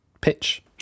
pitch